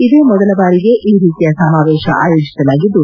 ಇದೇ ಮೊದಲ ಬಾರಿಗೆ ಈ ರೀತಿಯ ಸಮಾವೇಶ ಆಯೋಜಿಸಲಾಗಿದ್ದು